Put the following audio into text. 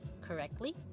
correctly